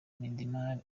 midimar